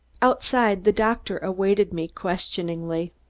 outside the doctor awaited me questioningly.